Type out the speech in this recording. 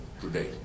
today